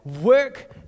work